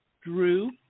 Drew